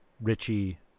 Richie